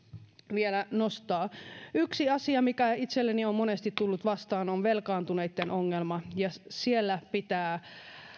vielä nostaa yksi asia mikä itselleni on monesti tullut vastaan on velkaantuneitten ongelma ja siinä pitää